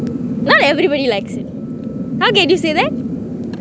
not everybody likes it how can you say that